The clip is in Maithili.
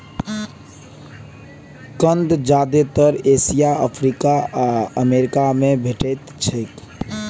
कंद जादेतर एशिया, अफ्रीका आ अमेरिका मे भेटैत छैक